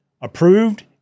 approved